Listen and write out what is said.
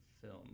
film